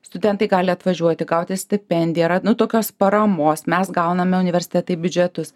studentai gali atvažiuoti gauti stipendiją yra nu tokios paramos mes gauname universitetai biudžetus